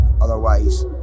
Otherwise